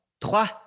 Trois